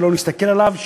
שלא להסתכל עליו,